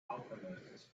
alchemist